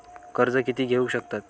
कर्ज कीती घेऊ शकतत?